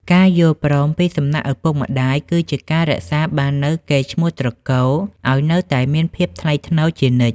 ការយល់ព្រមពីសំណាក់ឪពុកម្ដាយគឺជាការរក្សាបាននូវកេរ្តិ៍ឈ្មោះត្រកូលឱ្យនៅតែមានភាពថ្លៃថ្នូរជានិច្ច។